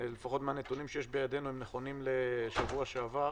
לפחות על הנתונים בידינו, הם נכונים לשבוע שעבר.